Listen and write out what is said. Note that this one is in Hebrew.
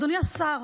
אדוני השר,